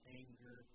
anger